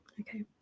Okay